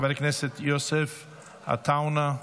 חבר הכנסת יוסף עטאונה,